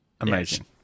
Amazing